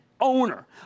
owner